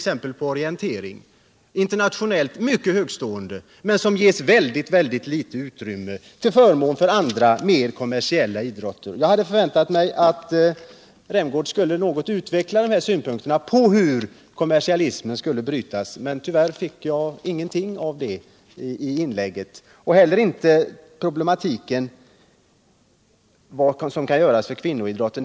Där är vi internationellt mycket högtstående, men den idrotten ges väldigt litet utrymme och får stå tillbaka för andra mer kommersiella idrotter. Jag hade förväntat mig att herr Rämgård skulle utveckla synpunkter på hur kommersialismen skall brytas, men det fanns ingenting av det i hans inlägg, och han belyste inte heller tillräckligt problematiken vad som kan göras för kvinnoidrotten.